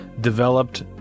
developed